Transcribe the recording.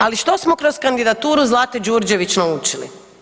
Ali, što smo kroz kandidaturu Zlate Đurđević naučili?